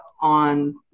on